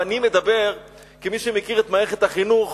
ואני מדבר כמי שמכיר את מערכת החינוך